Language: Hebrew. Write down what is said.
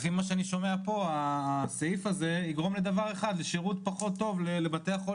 סוד שבחלק מהימים אני ישנה בכנסת - אפשר לתפוס כל הזמן.